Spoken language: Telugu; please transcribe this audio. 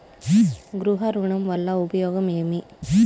గృహ ఋణం వల్ల ఉపయోగం ఏమి?